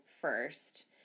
first